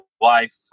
wife